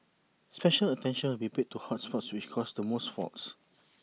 special attention will be paid to hot spots which cause the most faults